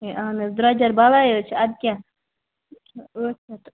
ہے آہن حظ درۄجَر بلاے حظ چھےٚ اَدٕ کیاہ ٲٹھ شیٚتھ